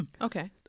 Okay